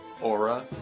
aura